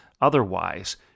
Otherwise